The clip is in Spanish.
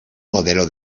modelo